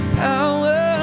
power